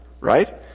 right